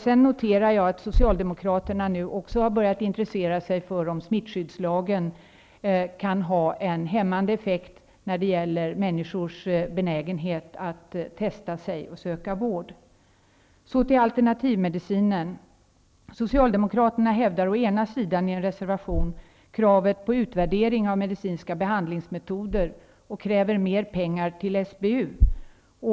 Jag noterar att Socialdemokraterna också har börjat intressera sig för om smittskyddslagen kan ha en hämmande effekt när det gäller människors benägenhet att testa sig och söka vård. Vidare till frågan om alternativmedicin. Socialdemokraterna hävdar å ena sidan i en reservation kravet på utvärdering av medicinska behandlingsmetoder och kräver mer pengar till SBU.